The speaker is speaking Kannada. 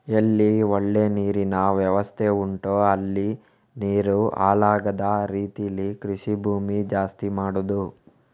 ಎಲ್ಲಿ ಒಳ್ಳೆ ನೀರಿನ ವ್ಯವಸ್ಥೆ ಉಂಟೋ ಅಲ್ಲಿ ನೀರು ಹಾಳಾಗದ ರೀತೀಲಿ ಕೃಷಿ ಭೂಮಿ ಜಾಸ್ತಿ ಮಾಡುದು